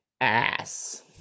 ass